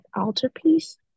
Altarpiece